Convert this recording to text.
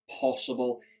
possible